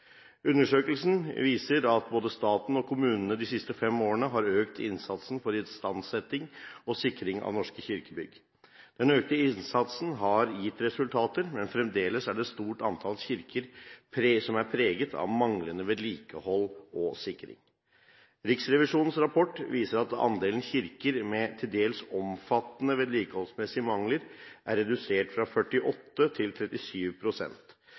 Undersøkelsen viser at både staten og kommunene de siste fem årene har økt innsatsen for istandsetting og sikring av norske kirkebygg. Den økte innsatsen har gitt resultater, men fremdeles er et stort antall kirker preget av manglende vedlikehold og sikring. Riksrevisjonens rapport viser at andelen kirker med til dels omfattende vedlikeholdsmessige mangler er redusert fra 48 pst. til